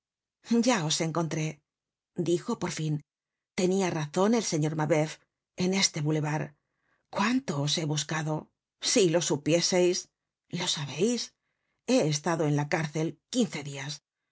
hablar yaos encontré dijo por fin tenia razon el señor mabeuf en este boulevard cuánto os he buscado si lo supiéseis lo sabeis he estado en la cárcel quince dias